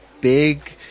big